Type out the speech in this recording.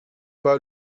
pas